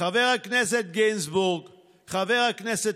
חבר הכנסת